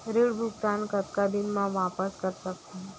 ऋण भुगतान कतका दिन म वापस कर सकथन?